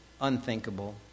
Unthinkable